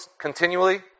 continually